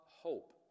hope